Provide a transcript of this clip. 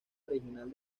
regional